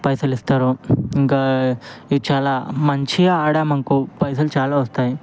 పైసలిస్తారు ఇంకా ఇవి చాలా మంచిగా ఆడామనుకో పైసలు చాలా వస్తాయి